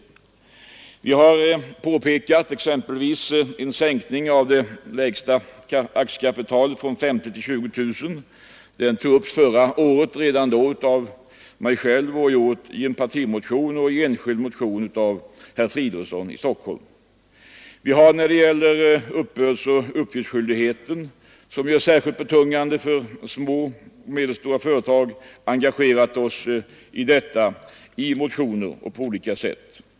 Vi har föreslagit en sänkning av lägsta aktiekapitalet från 50 000 till 20 000. Den frågan togs upp förra året av mig själv och har i år tagits upp i en partimotion samt i en enskild motion av herr Fridolfsson i Stockholm. När det gäller uppbördsoch uppgiftsskyldigheten, som ju är särskilt betungande för små och medelstora företag, har vi engagerat oss genom motioner och på annat sätt.